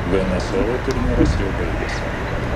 venesuelai turnyras jau baigėsi